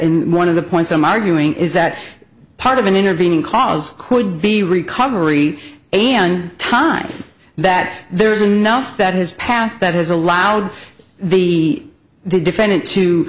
in one of the points i'm arguing is that part of an intervening cause could be recovery and time that there is enough that has passed that has allowed the the defendant to